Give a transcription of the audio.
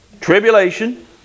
Tribulation